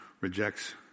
rejects